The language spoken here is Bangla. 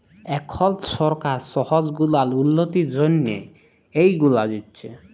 এখল সরকার শহর গুলার উল্ল্যতির জ্যনহে ইগুলা দিছে